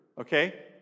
okay